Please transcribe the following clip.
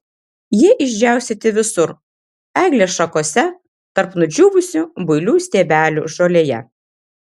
jie išdžiaustyti visur eglės šakose tarp nudžiūvusių builių stiebelių žolėje